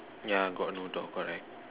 yeah got no dog correct